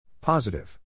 Positive